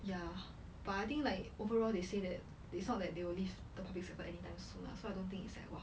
ya but I think like overall they say that they thought that they will leave the public sector anytime soon lah so I don't think it's like !wah!